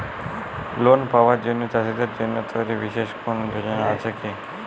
Loan পাবার জন্য চাষীদের জন্য তৈরি বিশেষ কোনো যোজনা আছে কি?